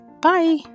Bye